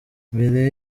mbere